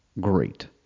Great